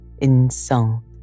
insult